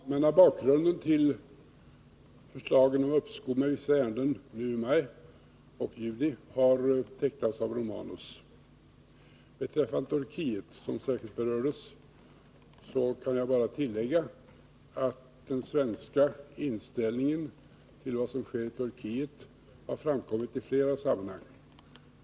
Herr talman! Den allmänna bakgrunden till förslaget om uppskov med vissa ärenden nu i maj och juni har tecknats av Gabriel Romanus. Beträffande Turkiet, som särskilt berördes, kan jag bara tillägga att den svenska inställningen till vad som sker i Turkiet har framkommit i flera sammanhang.